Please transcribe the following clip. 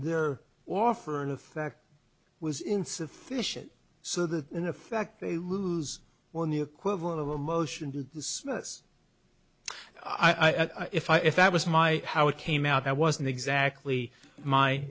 their offer in effect was insufficient so that in effect they lose when the equivalent of a motion to dismiss i find if that was my how it came out i wasn't exactly my